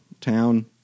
town